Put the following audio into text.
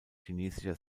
chinesischer